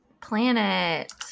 Planet